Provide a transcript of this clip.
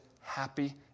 happy